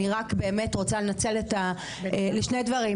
אני רק רוצה לנצל לשני דברים,